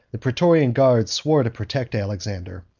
the praetorian guards swore to protect alexander,